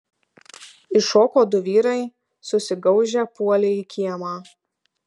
iššoko du vyrai susigaužę puolė į kiemą